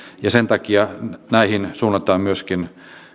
ja sen takia näihin suunnataan myöskin